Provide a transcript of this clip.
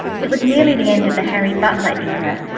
it was nearly the end of the harry butler era,